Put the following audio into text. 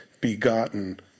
begotten